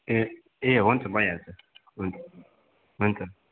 ए ए हुन्छ भइहाल्छ हुन्छ हुन्छ